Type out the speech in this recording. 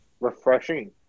refreshing